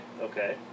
Okay